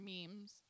memes